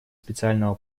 специального